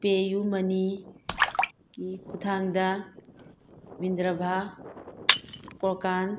ꯄꯦ ꯌꯨ ꯃꯅꯤꯒꯤ ꯈꯨꯠꯊꯥꯡꯗ ꯃꯤꯟꯗ꯭ꯔꯚꯥ ꯀꯣꯔꯀꯥꯟ